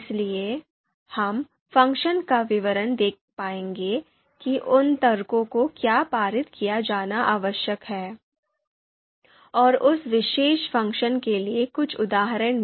इसलिए हम फ़ंक्शन का विवरण देख पाएंगे कि उन तर्कों को क्या पारित किया जाना आवश्यक है और उस विशेष फ़ंक्शन के लिए कुछ उदाहरण भी